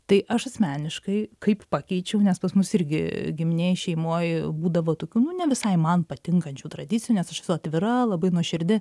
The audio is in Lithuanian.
tai aš asmeniškai kaip pakeičiau nes pas mus irgi giminėj šeimoj būdavo tokių nu ne visai man patinkančių tradicijų nes aš esu atvira labai nuoširdi